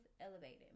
elevated